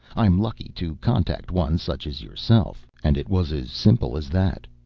i'm lucky to contact one such as yourself and it was as simple as that.